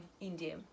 india